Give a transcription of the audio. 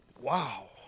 Wow